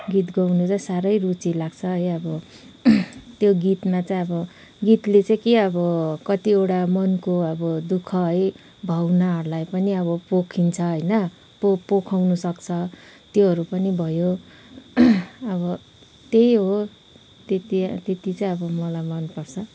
गीत गाउनु चाहिँ साह्रै रुचि लाग्छ है अब त्यो गीतमा चाहिँ अब गीतले चाहिँ के अब कतिवटा मनको अब दुःख है भावनाहरूलाई पनि अब पोखिन्छ होइन पोखाउन सक्छ त्योहरू पनि भयो अब त्यही हो त्यति त्यति चाहिँ अब मलाई मनपर्छ